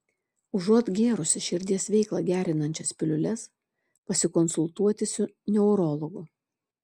užuot gėrusi širdies veiklą gerinančias piliules pasikonsultuoti su neurologu